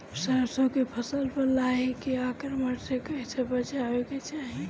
सरसो के फसल पर लाही के आक्रमण से कईसे बचावे के चाही?